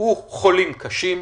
הוא חולים קשים.